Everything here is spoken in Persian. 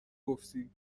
گفتی